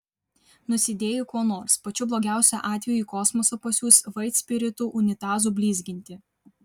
nusidėjai kuo nors pačiu blogiausiu atveju į kosmosą pasiųs vaitspiritu unitazų blizginti